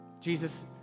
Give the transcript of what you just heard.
Jesus